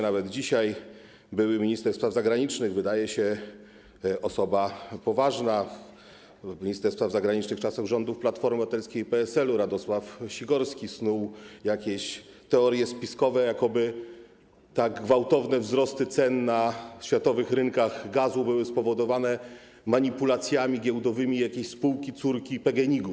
Nawet dzisiaj były minister spraw zagranicznych, wydaje się osoba poważna, minister spraw zagranicznych czasów rządów Platformy Obywatelskiej - PSL Radosław Sikorski snuł jakieś teorie spiskowe, jakoby tak gwałtowne wzrosty cen na światowych rynkach gazu były spowodowane manipulacjami giełdowymi jakiejś spółki córki PGNiG.